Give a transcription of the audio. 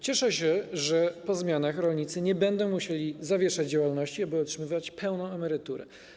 Cieszę się, że po zmianach rolnicy nie będą musieli zawieszać działalności, aby otrzymywać pełną emeryturę.